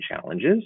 challenges